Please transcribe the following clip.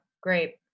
great